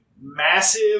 massive